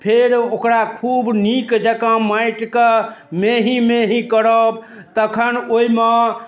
फेर ओकरा खूब नीक जकाँ माटिके मेही मेही करब तखन ओइमे